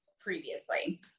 previously